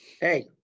Hey